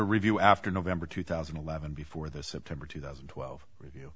review after november two thousand and eleven before the september two thousand and twelve review